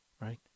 right